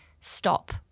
stop